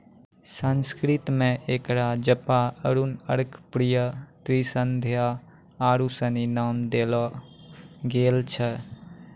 संस्कृत मे एकरा जपा अरुण अर्कप्रिया त्रिसंध्या आरु सनी नाम देलो गेल छै